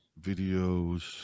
Videos